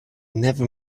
never